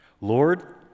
Lord